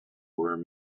were